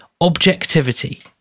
objectivity